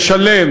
ישלם